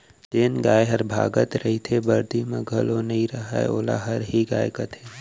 जेन गाय हर भागत रइथे, बरदी म घलौ नइ रहय वोला हरही गाय कथें